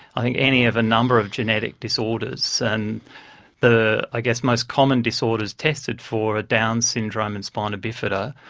i think, any of a number of genetic disorders, and the, i guess, most common disorders tested for are down syndrome and spina bifida,